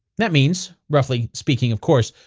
that means, roughly speaking of course,